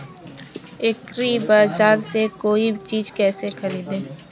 एग्रीबाजार से कोई चीज केसे खरीदें?